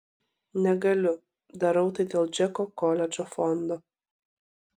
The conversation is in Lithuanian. negaliu darau tai dėl džeko koledžo fondo